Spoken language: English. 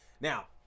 Now